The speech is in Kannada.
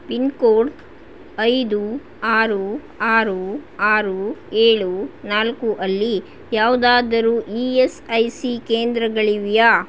ಪಿನ್ ಕೋಡ್ ಐದು ಆರು ಆರು ಆರು ಏಳು ನಾಲ್ಕು ಅಲ್ಲಿ ಯಾವ್ದಾದರೂ ಇ ಎಸ್ ಐ ಸಿ ಕೇಂದ್ರಗಳಿವೆಯಾ